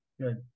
good